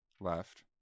left